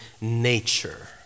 nature